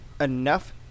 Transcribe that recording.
enough